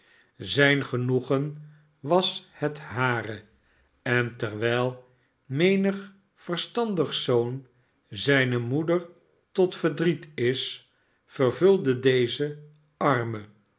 zijn genoegen was het hare en terwijl menig verstandig zoon zijne moeder tot verdriet is vervulde deze arme